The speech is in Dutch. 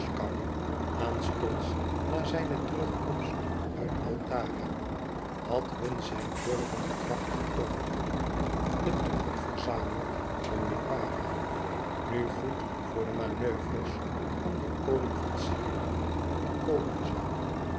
aanstonds na zijne terugkomst uit altara had hun zijn durvende kracht getoond de troepen verzameld om lipara nu goed voor de manoeuvres om den koning van syrië die komen zoû